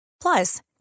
Plus